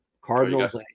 Cardinals